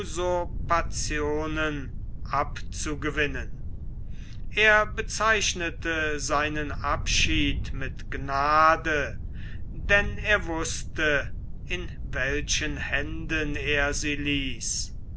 usurpationen abzugewinnen er bezeichnete seinen abschied mit gnade denn er wußte in welchen händen er sie ließ